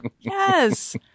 Yes